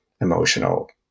emotional